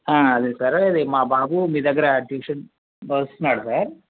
అదే సార్ ఇది మా బాబు మీ దగ్గర ట్యూషన్ వస్తున్నాడు సార్